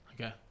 Okay